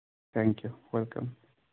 thank you welcome